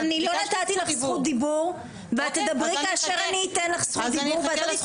אני לא נתתי לך זכות דיבור ואת תדברי כאשר אני אתן לך זכות דיבור